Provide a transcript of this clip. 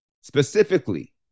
Specifically